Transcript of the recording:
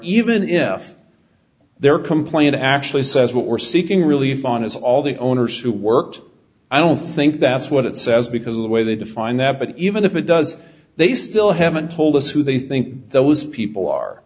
if their complaint actually says what we're seeking relief on is all the owners who worked i don't think that's what it says because of the way they define that but even if it does they still haven't told us who they think those people are